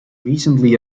recently